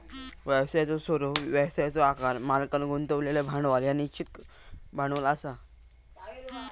व्यवसायाचो स्वरूप, व्यवसायाचो आकार, मालकांन गुंतवलेला भांडवल ह्या निश्चित भांडवल असा